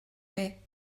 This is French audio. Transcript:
mets